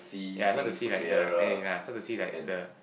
ya I hope to see like the eh yeah I start to see like the